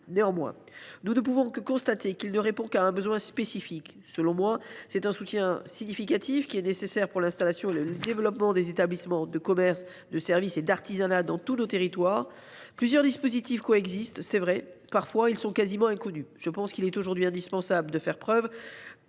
Néanmoins, nous ne pouvons que constater qu’il ne répond qu’à un besoin spécifique. Selon moi, un soutien plus significatif est nécessaire pour l’installation et le développement des établissements de commerce, de services et d’artisanat dans tous nos territoires. Plusieurs dispositifs coexistent, c’est vrai, mais ils sont parfois quasiment inconnus. Je pense qu’il est aujourd’hui indispensable de faire une